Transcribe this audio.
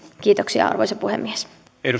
kiitoksia arvoisa puhemies